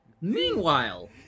Meanwhile